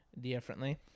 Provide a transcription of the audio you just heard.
differently